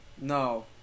No